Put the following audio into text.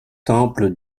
temple